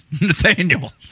Nathaniel